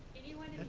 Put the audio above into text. anyone